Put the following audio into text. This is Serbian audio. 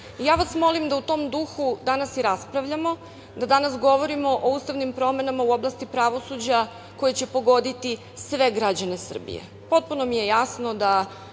vas da u tom duhu danas i raspravljamo, da danas govorimo o ustavnim promenama u oblasti pravosuđa koje će pogoditi sve građane Srbije. Potpuno mi je jasno da